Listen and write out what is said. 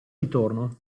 ritorno